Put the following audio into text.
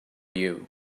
you